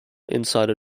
insider